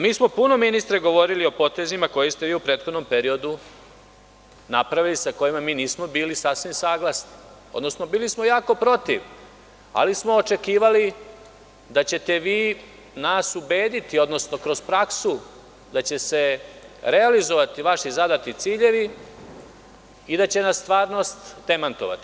Mi smo puno, ministre, govorili o potezima koje ste vi u prethodnom periodu napravili, sa kojima mi nismo bili sasvim saglasni, odnosno bili smo jako protiv, ali smo očekivali da ćete vi nas ubediti, odnosno kroz praksu da će se realizovati vaši zadati ciljevi i da će nas stvarnost demantovati.